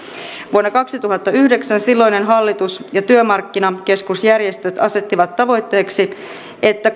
vuonna kaksituhattayhdeksän silloinen hallitus ja työmarkkinakeskusjärjestöt asettivat tavoitteeksi että